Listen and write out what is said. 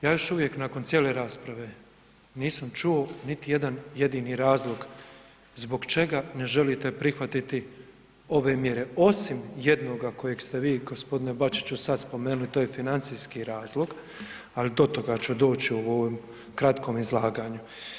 Ja još uvijek nakon cijele rasprave nisam čuo niti jedan jedini razlog zbog čega ne želite prihvatiti ove mjere osim jednoga kojeg ste vi g. Bačiću sad spomenuli, to je financijski razlog ali do toga ću doći u ovom kratkom izlaganju.